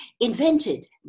invented